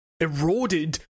eroded